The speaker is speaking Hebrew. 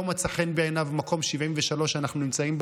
לא מצא חן בעיניו מקום 73 בעולם,